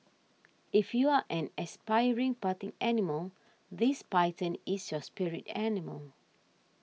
if you're an aspiring party animal this python is your spirit animal